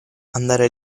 andare